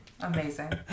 Amazing